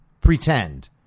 pretend